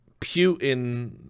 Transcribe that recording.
Putin